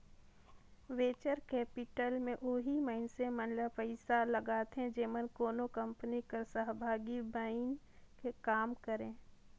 venture capital में ओही मइनसे मन पइसा लगाथें जेमन कोनो कंपनी कर सहभागी बइन के काम करें